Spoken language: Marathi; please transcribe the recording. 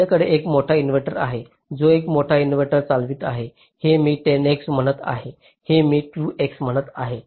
माझ्याकडे एक मोठा इन्व्हर्टर आहे जो एक छोटा इनव्हर्टर चालवित आहे हे मी 10 X म्हणत आहे हे मी 2 X म्हणतो आहे